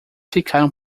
ficaram